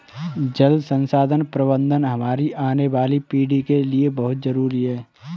जल संसाधन प्रबंधन हमारी आने वाली पीढ़ी के लिए बहुत जरूरी है